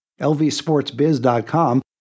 LVSportsBiz.com